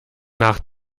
nach